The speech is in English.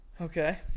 Okay